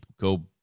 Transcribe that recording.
Go